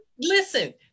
listen